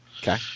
Okay